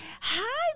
Hi